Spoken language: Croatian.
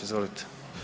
Izvolite.